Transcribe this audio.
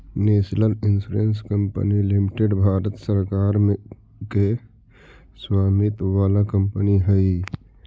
national insurance company limited Bharat सरकार के स्वामित्व वाला कंपनी हई